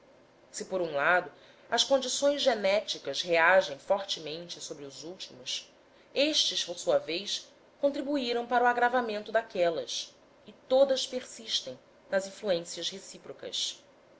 se por um lado as condições genéticas reagem fortemente sobre os últimos estes por sua vez contribuíram para o agravamento daquelas e todas persistem nas influências recíprocas